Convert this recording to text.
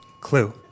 Clue